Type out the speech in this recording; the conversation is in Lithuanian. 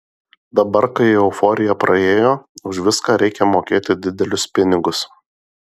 dabar kai euforija praėjo už viską reikia mokėti didelius pinigus